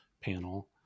panel